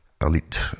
elite